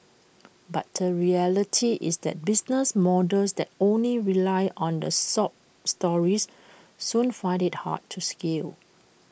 but the reality is that business models that only rely on the sob stories soon find IT hard to scale